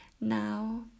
now